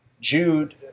Jude